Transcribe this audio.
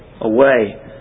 away